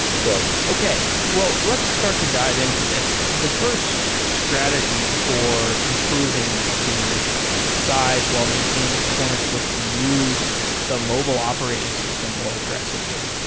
so okay. well, let's start to dive into this. the first strategy for improving the size while maintaining the performance was to use the mobile operating system more aggressively.